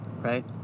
right